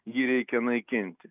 jį reikia naikinti